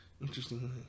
Interesting